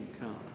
come